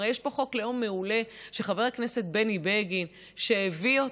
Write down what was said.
הרי יש פה חוק לאום מעולה שחבר הכנסת בני בגין הביא אותו,